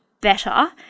better